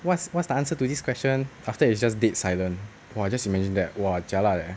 what's what's the answer to this question after that it's just dead silent !wah! just imagine that !wah! jialat leh